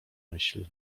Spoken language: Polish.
myśl